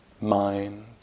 mind